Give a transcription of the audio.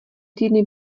týdny